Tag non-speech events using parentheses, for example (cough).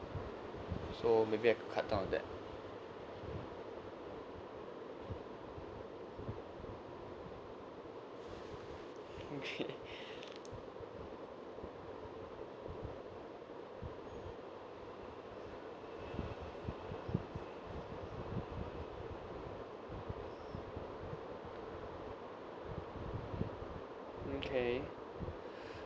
so maybe I could cut down on that (laughs) okay